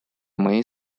моей